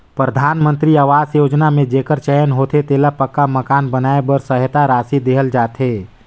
परधानमंतरी अवास योजना में जेकर चयन होथे तेला पक्का मकान बनाए बर सहेता रासि देहल जाथे